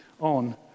on